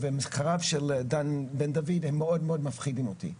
מחקריו של דן בן דוד הם מאוד מפחידים אותי,